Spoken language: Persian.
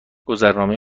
گذرنامه